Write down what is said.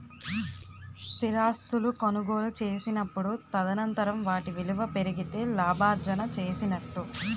స్థిరాస్తులు కొనుగోలు చేసినప్పుడు తదనంతరం వాటి విలువ పెరిగితే లాభార్జన చేసినట్టు